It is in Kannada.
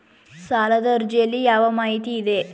ಸಾಲದ ಅರ್ಜಿಯಲ್ಲಿ ಯಾವ ಮಾಹಿತಿ ಇದೆ?